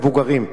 מבוגרים.